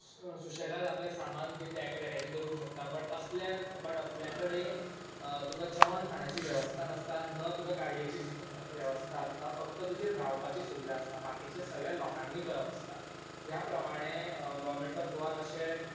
सुशेगाद आपले सामान बी ते एका जाग्याचेर दवरूंक शकता बट असल्या कडेन तुका जेवण खाणाची वेवस्था नासता न तुका गाडयेची वेवस्था आसता फकत तुमचे रावपाची सुविधा आसता बाकीचें सगळें लोकांनी करप आसता ह्या प्रमाणें गोव्हरमेंट ऑफ गोवान अशें